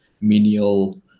menial